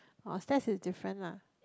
oh Stats is different lah